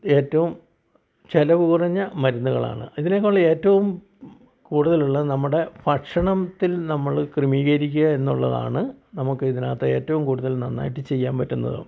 ഏറ്റോം ചിലവ് കുറഞ്ഞ മരുന്നുകളാണ് ഇതിനേക്കാളി ഏറ്റവും കൂടുതലുള്ള നമ്മുടെ ഭക്ഷണത്തിൽ നമ്മൾ ക്രമീക്കരിക്കുക എന്നുള്ളതാണ് നമുക്കിതിനകത്ത് ഏറ്റവും കൂടുതൽ നന്നായിട്ട് ചെയ്യാൻ പറ്റുന്നത്